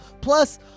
plus